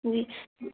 जी